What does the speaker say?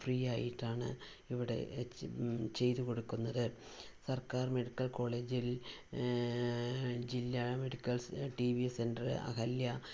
free ആയിട്ടാണ് ഇവിടെ ചെയ്ത് കൊടുക്കുന്നത് സർക്കാർ മെഡിക്കൽ കോളേജിൽ ജില്ലാ medical T B centre Ahalya